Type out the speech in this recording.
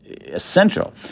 essential